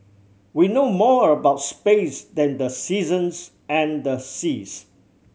we know more about space than the seasons and the seas